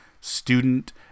student